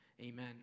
Amen